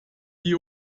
die